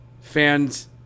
fans